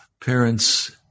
Parents